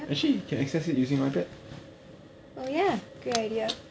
actually you can access it using my bed